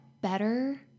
better